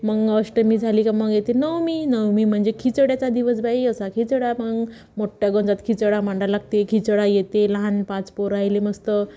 मग अष्टमी झाली का मग येते नवमी नवमी म्हणजे खिचड्याचा दिवस बाई असा खिचडा मग मोट्ट्या गंजात खिचडा मांडावा लागते खिचडा येते लहानपाच पोराले मस्त